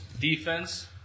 defense